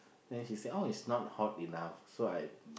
then she said it's not hot enough so I